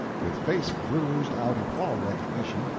with face bruised out of all recognition,